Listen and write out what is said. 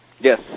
Yes